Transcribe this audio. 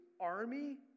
army